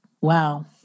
Wow